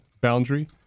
boundary